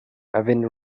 avendo